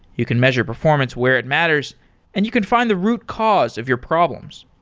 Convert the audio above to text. you can measure performance where it matters and you can find the root cause of your problems.